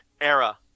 era